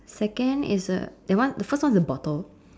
second is a that one the first one is a bottle